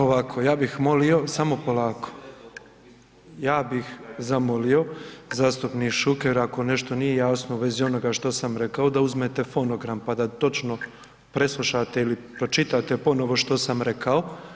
Ovako, ja bih molio, samo polako, ja bih zamolio zastupnik Šuker ako nešto nije jasno u vezi onoga što sam rekao, da uzmete fonogram, pa da točno preslušate ili pročitate ponovo što sam rekao.